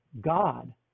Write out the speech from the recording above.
god